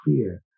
clear